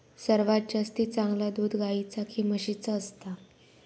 सर्वात जास्ती चांगला दूध गाईचा की म्हशीचा असता?